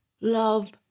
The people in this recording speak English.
love